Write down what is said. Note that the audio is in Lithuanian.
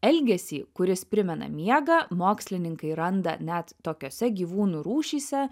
elgesį kuris primena miegą mokslininkai randa net tokiose gyvūnų rūšyse